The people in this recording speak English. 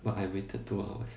but I waited two hours